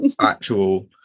actual